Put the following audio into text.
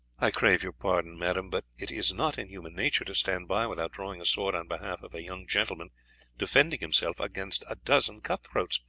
i crave your pardon, madam, but it is not in human nature to stand by without drawing a sword on behalf of a young gentleman defending himself against a dozen cut-throats.